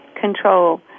control